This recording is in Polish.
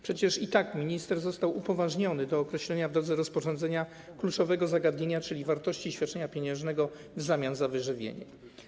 Przecież i tak minister został upoważniony do określenia w drodze rozporządzenia kluczowego zagadnienia, czyli wartości świadczenia pieniężnego w zamian za wyżywienie.